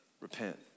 repent